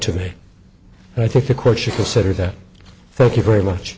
to me and i think the court should consider that thank you very much